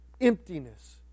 emptiness